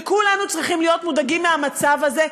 וכולנו צריכים להיות מודאגים מהמצב הזה,